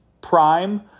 prime